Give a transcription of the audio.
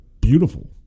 Beautiful